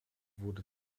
wurde